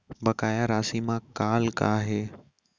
बकाया राशि मा कॉल का हे?